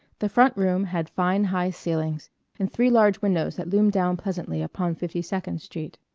the front room had fine high ceilings and three large windows that loomed down pleasantly upon fifty-second street.